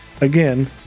Again